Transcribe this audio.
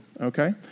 Okay